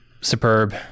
superb